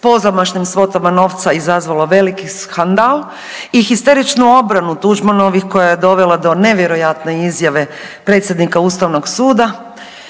pozamašnim svotama novca izazvalo veliki skandal i histeričnu obranu Tuđmanovih koja je dovela do nevjerojatne izjave predsjednika Ustavnog suda